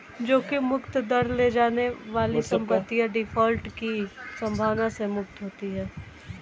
जोखिम मुक्त दर ले जाने वाली संपत्तियाँ डिफ़ॉल्ट की संभावना से मुक्त होती हैं